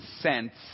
cents